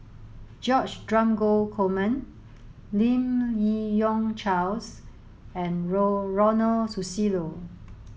George Dromgold Coleman Lim Yi Yong Charles and Ronald Susilo